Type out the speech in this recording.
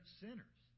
sinners